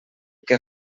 que